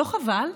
לא חבל?